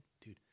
dude